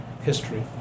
history